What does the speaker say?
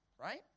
right